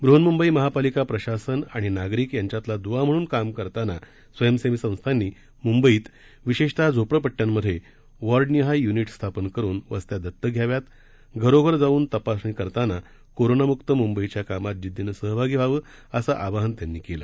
व्हन्मुंबई महापालिका प्रशासन आणि नागरिक यांच्यातला दुवा म्हणून काम करतांना स्वयंसेवी संस्थांनी मुंबईत विशेषत झोपडपट्टयांमध्ये वॉर्डनिहाय युनिट स्थापन करून वस्त्या दत्तक घ्याव्यात घरोघर जाऊन तपासणी करताना कोरोनामुक मुंबईच्या कामात जिद्दीनं सहभागी व्हावे असं आवाहन त्यांनी केलं